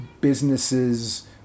businesses